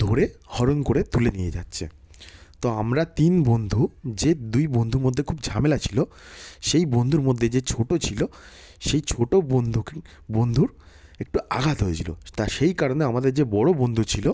ধরে হরণ করে তুলে নিয়ে যাচ্চে তো আমরা তিন বন্ধু যে দুই বন্ধুর মধ্যে খুব ঝামেলা ছিলো সেই বন্ধুর মধ্যে যে ছোটো ছিলো সেই ছোটো বন্ধুক বন্ধুর একটু আঘাত হয়েছিলো তা সেই কারণে আমাদের যে বড়ো বন্ধু ছিলো